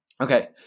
Okay